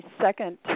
second